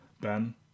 Ben